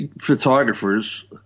photographers